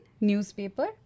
newspaper